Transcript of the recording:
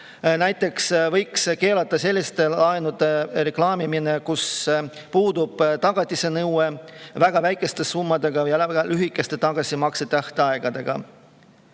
Näiteks võiks keelata selliste laenude reklaamimise, kus puudub tagatise nõue [ning mis on] väga väikeste summadega ja väga lühikeste tagasimakse tähtaegadega.